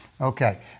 Okay